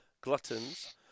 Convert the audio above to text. Gluttons